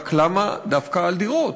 רק למה דווקא על דירות?